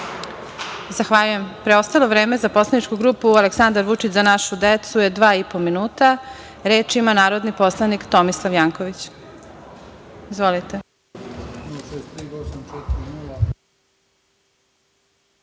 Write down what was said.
Zahvaljujem. Preostalo vreme za poslaničku grupu Aleksandar Vučić – Za našu decu je dva i po minuta. Reč ima narodni poslanik Tomislav Janković. Izvolite.